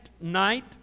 night